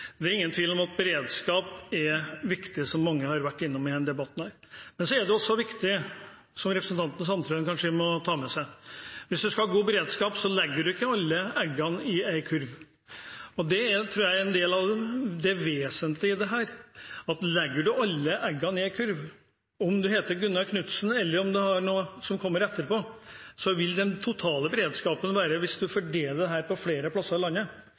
Det er ingen tvil om at beredskap er viktig, som mange har vært innom i denne debatten. Men så er det også viktig, som representanten Sandtrøen kanskje må ta med seg, at hvis man skal ha god beredskap, legger man ikke alle eggene i én kurv. Det tror jeg er en del av det vesentlige her. Når det gjelder å ikke legge alle eggene i én kurv – om man heter Gunnar Knudsen, eller om det er noen som kommer etterpå – vil den totale beredskapen være god hvis man fordeler dette på flere plasser i landet.